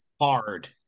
hard